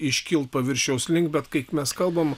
iškilt paviršiaus link bet kaip mes kalbam